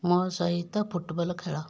ମୋ ସହିତ ଫୁଟବଲ୍ ଖେଳ